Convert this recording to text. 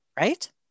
Right